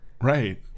Right